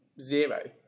zero